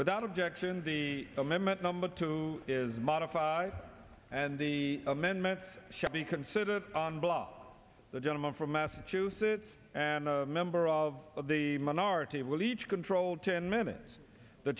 without objection the amendment number two is modified and the amendments shall be considered on ball the gentleman from massachusetts and a member of the minority will each control ten minutes the